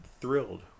thrilled